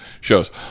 shows